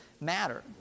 matter